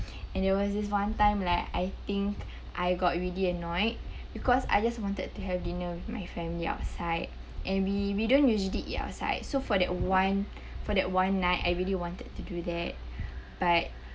and there was this one time leh I think I got really annoyed because I just wanted to have dinner with my family outside and we we don't usually eat outside so for that one for that one night I really wanted to do that but